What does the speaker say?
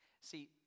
See